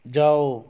ਜਾਓ